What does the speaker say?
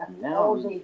now